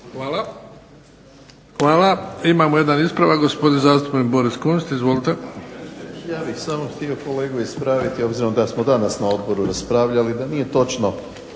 (HDZ)** Hvala. Imamo jedan ispravak, gospodin zastupnik Boris Kunst. Izvolite. **Kunst, Boris (HDZ)** Ja bih samo htio kolegu ispraviti obzirom da smo danas na odboru raspravljali da nije točno